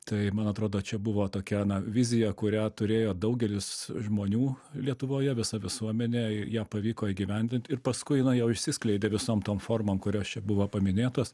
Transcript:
tai man atrodo čia buvo tokia na vizija kurią turėjo daugelis žmonių lietuvoje visa visuomene ją pavyko įgyvendint ir paskui na jau išsiskleidė visom tom formom kurios čia buvo paminėtos